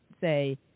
say